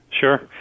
Sure